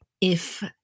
if-